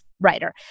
writer